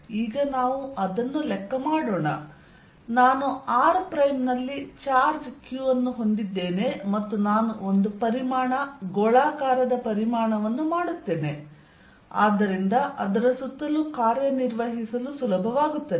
ಈಗ ನಾವು ಅದನ್ನು ನೋಡೋಣ ನಾನು r ದಲ್ಲಿ ಚಾರ್ಜ್ q ಅನ್ನು ಹೊಂದಿದ್ದೇನೆ ಮತ್ತು ನಾನು ಒಂದು ಪರಿಮಾಣ ಗೋಳಾಕಾರದ ಪರಿಮಾಣವನ್ನು ಮಾಡುತ್ತೇನೆ ಆದ್ದರಿಂದ ಅದರ ಸುತ್ತಲೂ ಕಾರ್ಯನಿರ್ವಹಿಸಲು ಸುಲಭವಾಗುತ್ತದೆ